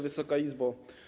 Wysoka Izbo!